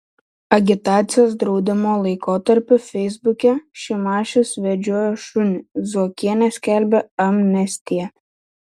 agitacijos draudimo laikotarpiu feisbuke šimašius vedžiojo šunį zuokienė skelbė amnestiją